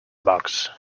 box